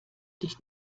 dich